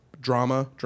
drama